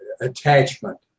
attachment